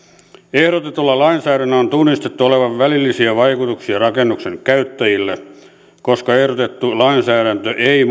ehdotetulla lainsäädännöllä on tunnistettu olevan välillisiä vaikutuksia rakennuksen käyttäjille koska ehdotettu lainsäädäntö ei